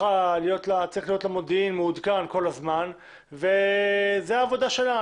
צריך להיות לה מודיעין מעודכן כל הזמן וזאת העבודה שלה.